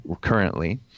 currently